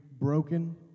broken